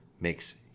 makes